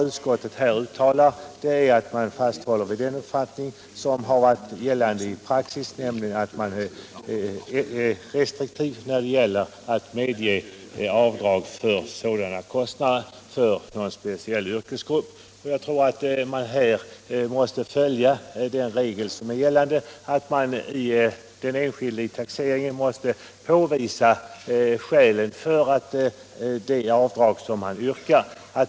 Utskottet fasthåller vid den hittills i praxis gällande uppfattningen, nämligen att man skall vara restriktiv när det gäller att medge avdrag för de här kostnaderna i fråga om någon speciell yrkesgrupp. Jag tror att man måste följa den gällande bestämmelsen och att den enskilde vid taxeringen har att påvisa skälen för de avdrag som han yrkar på.